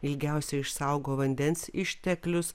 ilgiausiai išsaugo vandens išteklius